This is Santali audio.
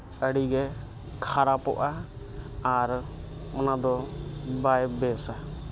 ᱟᱹᱰᱤ ᱜᱮ ᱠᱷᱟᱨᱟᱯᱚᱜᱼᱟ ᱟᱨ ᱚᱱᱟ ᱫᱚ ᱵᱟᱭ ᱵᱮᱥᱟ